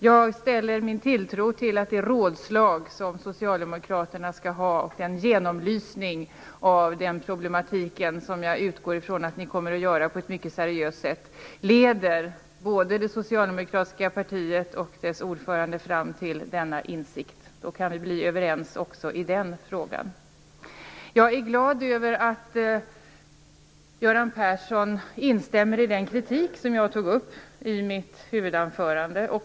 Jag sätter min tilltro till att det rådslag som Socialdemokraterna skall ha och den genomlysning av dessa problem som jag utgår ifrån att ni kommer att göra på ett mycket seriöst sätt leder både det socialdemokratiska partiet och dess ordförande fram till denna insikt. Då kan vi bli överens också i den frågan. Jag är glad över att Göran Persson instämmer i den kritik som jag tog upp i mitt huvudanförande.